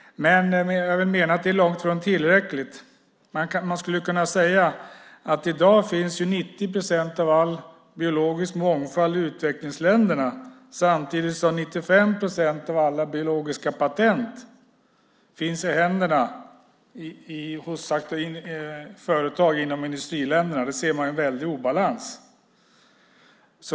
Men jag menar att det är långt från tillräckligt. Man skulle kunna säga att i dag finns 90 procent av all biologisk mångfald i utvecklingsländerna samtidigt som 95 procent av alla biologiska patent finns hos företag i industriländerna. Där finns en väldig obalans.